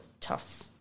tough